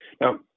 Now